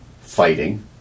fighting